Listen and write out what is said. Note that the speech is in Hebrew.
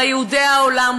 הרי יהודי העולם,